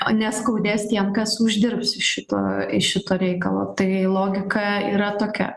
o neskaudės tiem kas uždirbs iš šito iš šito reikalo tai logika yra tokia